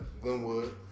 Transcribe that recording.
Glenwood